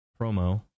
promo